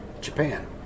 japan